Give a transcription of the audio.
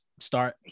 start